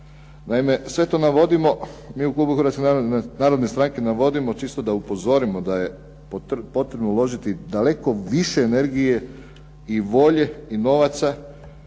Naime, sve to navodimo mi u klubu Hrvatske narodne stranke navodimo čisto da upozorimo da je potrebno uložiti daleko više energije i volje i novaca